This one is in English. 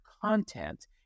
content